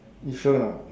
you sure not